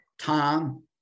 Tom